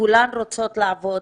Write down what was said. כולן רוצות לעבוד,